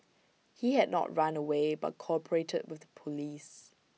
he had not run away but cooperated with the Police